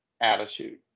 attitude